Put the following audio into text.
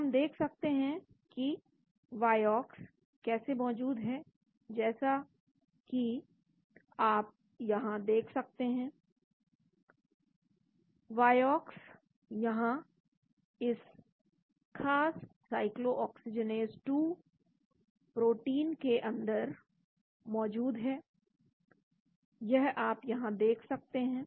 तो हम देख सकते हैं कि वायोक्स कैसे मौजूद है जैसा कि आप यहां देख सकते हैं वायोक्स यहां इस खास साइक्लोऑक्सीजनेस 2 प्रोटीन के अंदर मौजूद है यह आप यहां दे देख सकते हैं